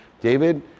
David